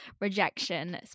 rejection